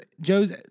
Joe's